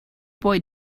boy